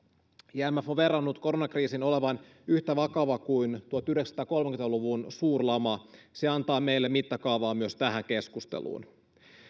imf on verrannut koronakriisin olevan yhtä vakava kuin tuhatyhdeksänsataakolmekymmentä luvun suurlama se antaa meille mittakaavaa myös tähän keskusteluun